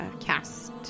cast